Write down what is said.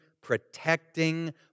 protecting